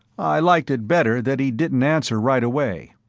i liked it better that he didn't answer right away,